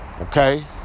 okay